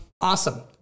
awesome